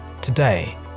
Today